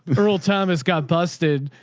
earl tom has got busted,